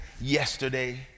yesterday